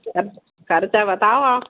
अब खर्चा बताओ आप